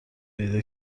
پیدا